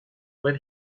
when